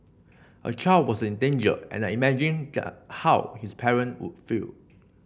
a child was in danger and I imagined how his parent would feel